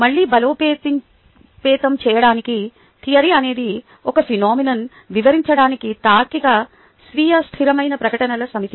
మళ్ళీ బలోపేతం చేయడానికి థియరీ అనేది ఒక ఫినోమీనోన్ వివరించడానికి తార్కిక స్వీయ స్థిరమైన ప్రకటనల సమితి